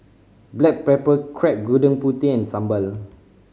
black pepper crab Gudeg Putih and sambal